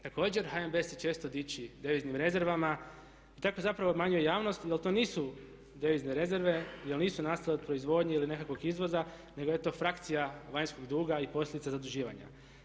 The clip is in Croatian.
Također HNB se često dići deviznim rezervama i tako zapravo obmanjuje javnost jer to nisu devizne rezerve jer nisu nastale od proizvodnje ili nekakvog izvoza nego eto frakcija vanjskog duga i posljedica zaduživanja.